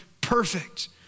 perfect